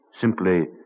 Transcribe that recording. Simply